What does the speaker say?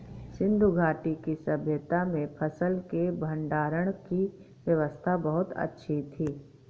सिंधु घाटी की सभय्ता में फसल के भंडारण की व्यवस्था बहुत अच्छी थी